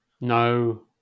No